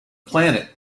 planet